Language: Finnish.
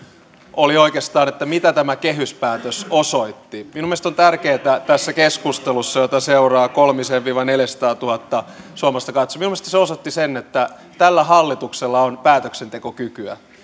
oli oikeastaan mitä tämä kehyspäätös osoitti minun mielestäni on tärkeätä tässä keskustelussa jota seuraa kolmesataatuhatta viiva neljäsataatuhatta suomalaista katsojaa minun mielestäni kehyspäätös osoitti sen että tällä hallituksella on päätöksentekokykyä